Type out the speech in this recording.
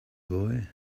boy